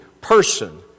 person